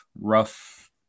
rough